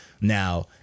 now